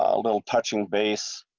although touching base.